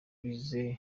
bize